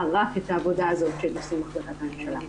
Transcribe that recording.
רק את העבודה הזאת כבסיס להחלטת הממשלה.